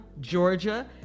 Georgia